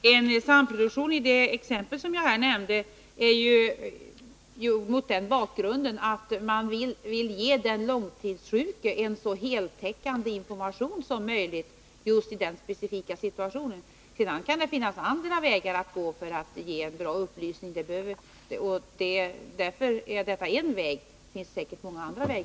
Herr talman! Den samproduktion som jag nämnde som exempel sker ju mot bakgrunden av att man vill ge den långtidssjuke en så heltäckande information som möjligt just i den specifika situationen. Det finns säkert många andra vägar att gå för att ge bra upplysning, men detta är en väg.